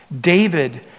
David